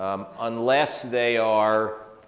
um unless they are